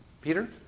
Peter